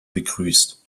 begrüßt